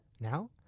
Now